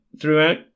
throughout